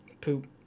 Poop